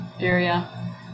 Area